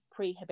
prehabilitation